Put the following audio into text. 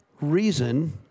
reason